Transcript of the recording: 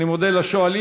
אני מודה לשואלים.